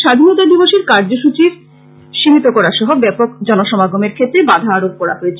স্বাধীনতা দিবসের কার্যসূচি এবাএ সীমিত করা সহ ব্যাপক জন সমাগমের ক্ষেত্রে বাধা আরোপ করা হয়েছে